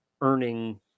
earning